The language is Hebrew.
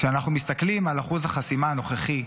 כשאנחנו מסתכלים על אחוז החסימה הנוכחי,